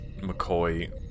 McCoy